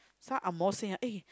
some angmoh say ah eh